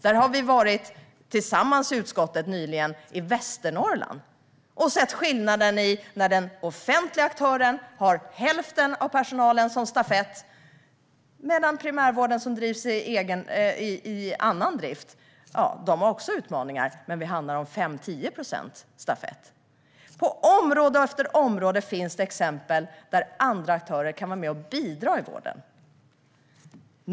Utskottet har nyligen varit i Västernorrland och sett skillnaden när den offentliga aktören har hälften av personalen som stafettpersonal, medan det i primärvården som drivs i annan regi - ja, de har också utmaningar - handlar om 5-10 procent stafettpersonal. På område efter område finns det exempel på hur andra aktörer kan vara med och bidra i vården.